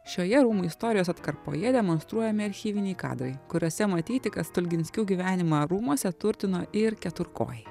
šioje rūmų istorijos atkarpoje demonstruojami archyviniai kadrai kuriuose matyti kad stulginskių gyvenimą rūmuose turtino ir keturkojai